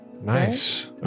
nice